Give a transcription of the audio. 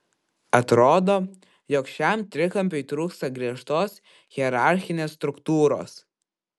atrodo jog šiam trikampiui trūksta griežtos hierarchinės struktūros